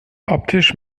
optisch